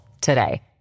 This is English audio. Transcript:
today